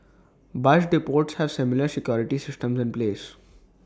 bus depots have similar security systems in place